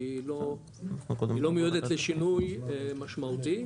כי היא לא מיועדת לשינוי משמעותי,